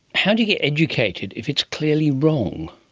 how do you get educated if it's clearly wrong?